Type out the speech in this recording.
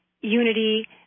unity